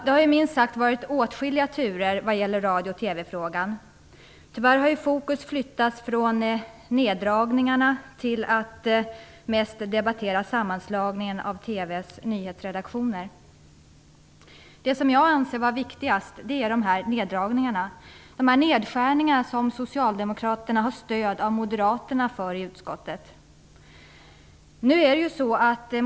Det har minst sagt varit åtskilliga turer när det gäller radio och TV-frågan. Tyvärr har debattens fokus i hög grad flyttats från neddragningarna till sammanslagningen av TV:s nyhetsredaktioner. Det som jag anser vara viktigast är nedskärningarna där socialdemokraterna har stöd av moderaterna i utskottet.